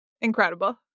Incredible